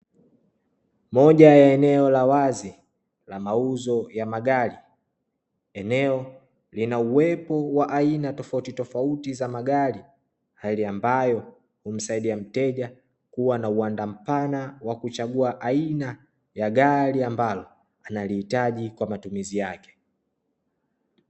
Moja ya eneo la wazi la mauzo ya magari. Eneo lina uwepo wa aina tofauti tofauti za magari hali ambayo humsaidia mteja kuwa na uwanda mpana wa kuchagua aina ya gari ambalo analihitaji kwa matumizi yake.